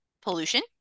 pollution